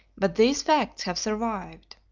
but these facts have survived.